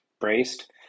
braced